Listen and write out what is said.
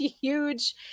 huge